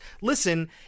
Listen